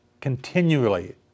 continually